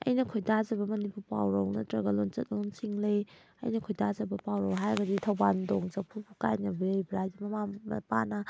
ꯑꯩꯅ ꯈꯣꯏꯗꯖꯕ ꯃꯅꯤꯄꯨꯔ ꯄꯥꯎꯔꯧ ꯅꯠꯇ꯭ꯔꯒ ꯂꯣꯟꯆꯠꯂꯣꯟꯁꯤꯡ ꯂꯩ ꯑꯩꯅ ꯈꯣꯏꯗꯖꯕ ꯄꯥꯎꯔꯧ ꯍꯥꯏꯔꯒꯗꯤ ꯊꯧꯕꯥꯟꯗꯣꯡ ꯆꯥꯐꯨꯕꯨ ꯀꯥꯏꯅꯕ ꯌꯩꯕ꯭ꯔꯥ ꯍꯥꯏꯗꯤ ꯃꯃꯥ ꯃꯄꯥꯅ